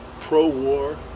pro-war